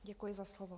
Děkuji za slovo.